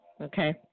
Okay